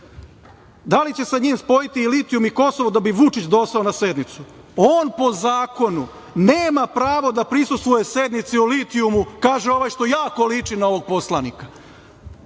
„da li će sa njim spojiti litijum i Kosovo da bi Vučić došao na sednicu, on po zakonu nema pravo da prisustvuje sednici o litijumu“, kaže ovaj što jako liči na ovog poslanika. To